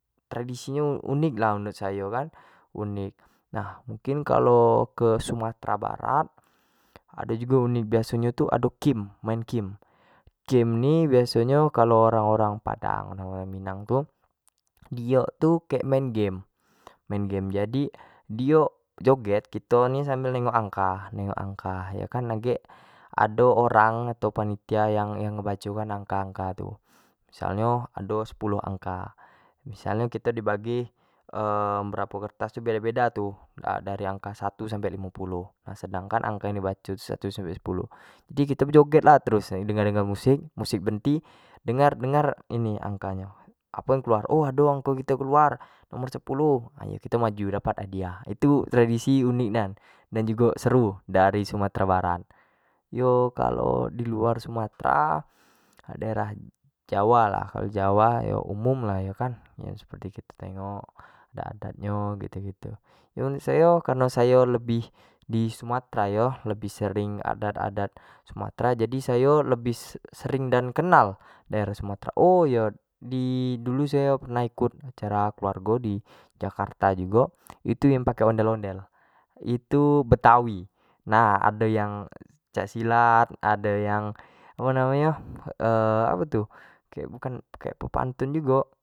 Tradisi nyo unik lah menurut sayo kan, unik nah mungkin kalo ke suamtera barat, ado jugo unik biaso nyo ni ado kim main kim, kim ini kalo orang-orang padang orang minang tu kek main game, jadi tu dio joget tu kito ni sambal nengok angka, yo kan agek ado orang atau panitia yang baco kan angka tu, missal nyo ado sepuluh angka missal no kito dibagi beberapo kertas tu beda-beda tu angko satu sampai limo puluh sedangkan ngko yang di baco tu satu sampai sepuluh, jadi kito bejoget lah terus sambal dengar-dengar kan musik, musik berenti dengar-dengar ini yang angko ni, o ado angko kito keluar nomor sepuluh yo kito maju dapat hadiah, itu tradisi yang unik nian dan seru itu dari sumatera barat, yo kalo di luar sumatera daerah jawa lah, jawa yo umum lah kan seperti yang kito tengok, adat-adat nyo gitu-gitu menurut sayo kareno sayo lebih di sumatera yo lebih sering adat-adat sumatera jadi sayo lebih sering dan kenal daerah sumatera, o iyo dulu sayo pernah ikut cara keluarga di jakarta jugo, itu yang pake ondel-ondel, itu betawi nah pencak silat, ado yang namo nyo apo tu kek bukan kek bepantun jugo.